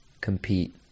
compete